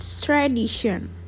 tradition